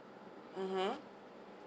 (uh huh)